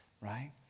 right